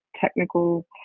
technical